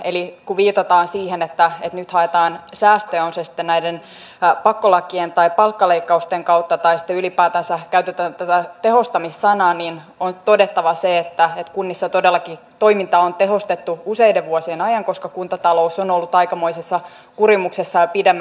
eli kun viitataan siihen että nyt haetaan säästöjä on se sitten näiden pakkolakien tai palkkaleikkausten kautta tai sitten ylipäätänsä käytetään tätä tehostaminen sanaa niin on todettava se että kunnissa todellakin toimintaa on tehostettu useiden vuosien ajan koska kuntatalous on ollut aikamoisessa kurimuksessa jo pidemmän aikaa